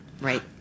Right